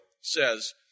says